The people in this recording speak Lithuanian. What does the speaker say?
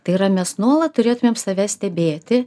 tai yra mes nuolat turėtumėm save stebėti